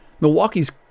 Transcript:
Milwaukee's